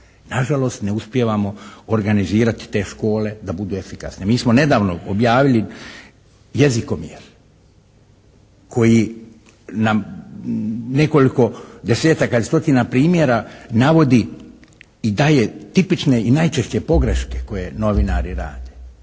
Nažalost ne uspijevamo organizirati te škole da budu efikasne. Mi smo nedavno objavili jezikomjer koji nam nekoliko desetaka i stotina primjera navodi i daje tipične i najčešće pogreške koje novinari rade.